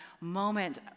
moment